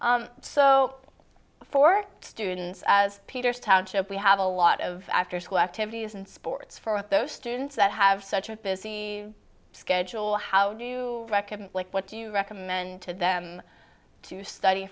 right so for students as peters township we have a lot of after school activities and sports for those students that have such a busy schedule how do you reckon what do you recommend to them to study